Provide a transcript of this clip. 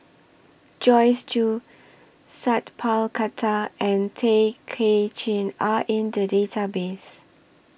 Joyce Jue Sat Pal Khattar and Tay Kay Chin Are in The Database